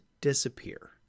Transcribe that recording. disappear